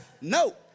no